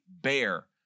bear